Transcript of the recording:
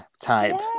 type